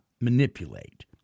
manipulate